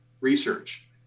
research